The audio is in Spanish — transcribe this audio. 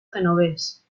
genovés